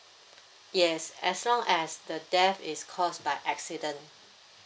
yes as long as the death is caused by accident